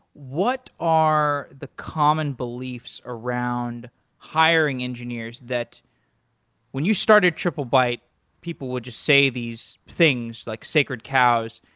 what are the common beliefs around hiring engineers that when you started triplebyte people would just say these things, like sacred cows,